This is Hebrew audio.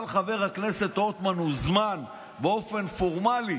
אבל חבר הכנסת רוטמן הוזמן באופן פורמלי